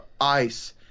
ICE